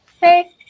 hey